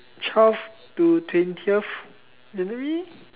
twelve to twentieth January